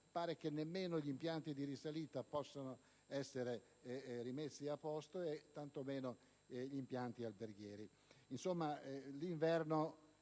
pare che nemmeno gli impianti di risalita possano essere rimessi a posto e tanto meno gli impianti alberghieri.